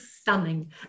stunning